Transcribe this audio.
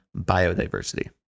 biodiversity